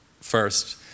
first